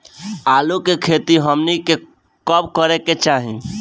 आलू की खेती हमनी के कब करें के चाही?